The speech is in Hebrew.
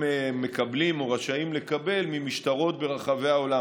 מקבלים או רשאים לקבל ממשטרות ברחבי העולם.